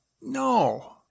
No